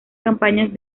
campañas